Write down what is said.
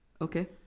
Okay